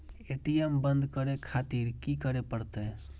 ATM बंद करें खातिर की करें परतें?